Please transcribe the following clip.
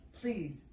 Please